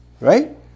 Right